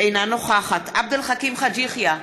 אינה נוכחת עבד אל חכים חאג' יחיא,